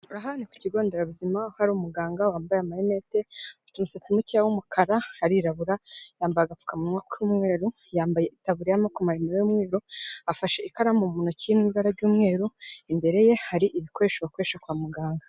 Aha ni ku kigo nderabuzima, hari umuganga wambaye amayenete, afite umusatsi mukeya w'umukara, arirabura yambaye agapfukamunwa k'umweru, yambaye itaburiya y'amaboko maremare y'umweru, afashe ikaramu mu ntoki iri imu ibara ry'mweru, imbere ye hari ibikoresho bakoresha kwa muganga.